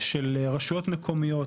של רשויות מקומיות.